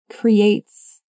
creates